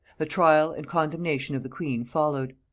the trial and condemnation of the queen followed.